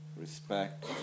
respect